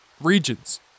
regions